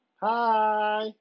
Hi